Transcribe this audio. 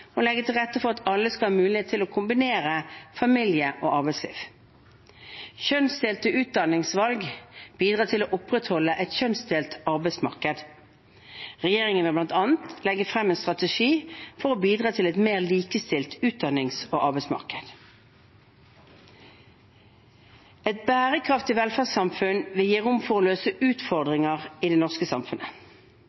og legge til rette for at alle skal ha mulighet til å kombinere familie- og arbeidsliv. Kjønnsdelte utdanningsvalg bidrar til å opprettholde et kjønnsdelt arbeidsmarked. Regjeringen vil bl.a. legge frem en strategi for å bidra til et mer likestilt utdannings- og arbeidsmarked. Et bærekraftig velferdssamfunn vil gi rom for å løse